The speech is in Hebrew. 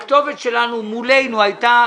הכתובת מולנו הייתה